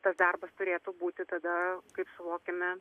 tas darbas turėtų būti tada kai suvokiame